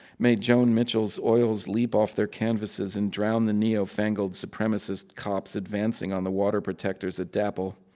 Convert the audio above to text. may joan mitchell's oils leap off their canvases and drown the neo-fangled supremacist cops advancing on the water protectors at dapl.